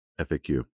FAQ